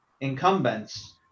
incumbents